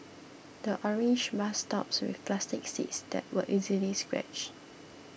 the orange bus stops with plastic seats that were easily scratched